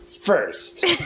First